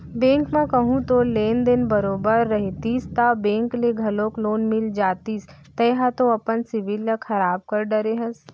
bank म कहूँ तोर लेन देन बरोबर रहितिस ता बेंक ले घलौक लोन मिल जतिस तेंहा तो अपन सिविल ल खराब कर डरे हस